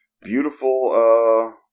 beautiful